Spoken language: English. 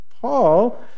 Paul